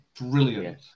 Brilliant